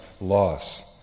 loss